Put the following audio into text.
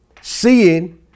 seeing